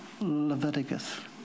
Leviticus